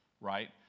right